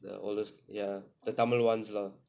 the oldest the tamil ones lah